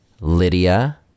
Lydia